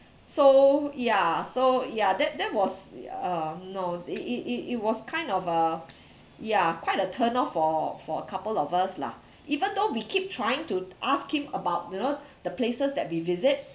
so ya so ya that that was uh no it it it it was kind of a yeah quite a turn off for for a couple of us lah even though we keep trying to ask him about you know the places that we visit